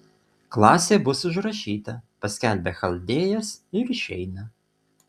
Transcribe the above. klasė bus užrašyta paskelbia chaldėjas ir išeina